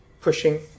pushing